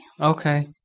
Okay